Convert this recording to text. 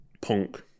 punk